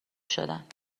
شدند